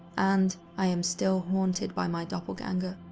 and, i am still haunted by my doppelganger.